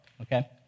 okay